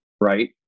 right